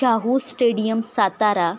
Shahu stadium Satara